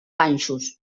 ganxos